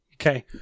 okay